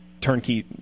turnkey